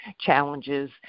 challenges